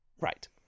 right